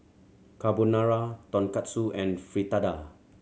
Carbonara Tonkatsu and Fritada